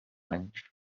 anys